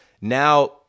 Now